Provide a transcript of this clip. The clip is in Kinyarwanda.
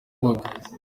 imboga